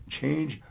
change